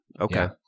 Okay